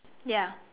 ya